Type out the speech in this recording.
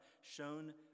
shown